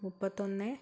മുപ്പത്തൊന്ന്